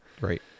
Right